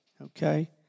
okay